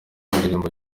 indirimbo